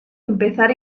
empezar